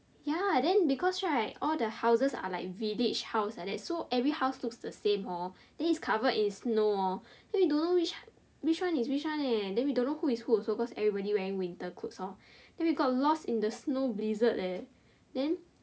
ya then because right all the houses are like village house like that so every house looks the same hor then it's covered in snow hor then we don't know which one is which one leh then we don't know who is who also cause everybody wearing winter clothes hor then we got lost in the snow blizzard leh then